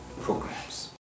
programs